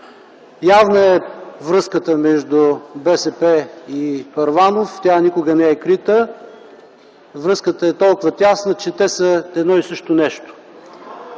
Явна е връзката между БСП и Първанов. Тя никога не е крита. Връзката е толкова тясна, че те са едно и също нещо.